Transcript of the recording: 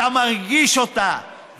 אתה מרגיש אותה,